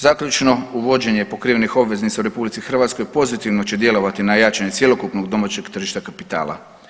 Zaključno, uvođenje pokrivenih obveznica u RH pozitivno će djelovati na jačanje cjelokupnog domaćeg tržišta kapitala.